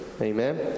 Amen